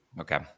Okay